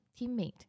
teammate